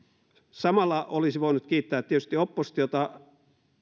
samalla olisi voinut kiittää tietysti oppositiota